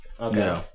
Okay